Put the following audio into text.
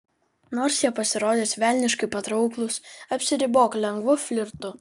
nors jie pasirodys velniškai patrauklūs apsiribok lengvu flirtu